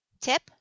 Tip